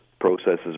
processes